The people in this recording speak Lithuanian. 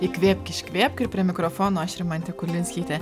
įkvėpk iškvėpk ir prie mikrofono aš rimantė kulvinskytė